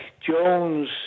Jones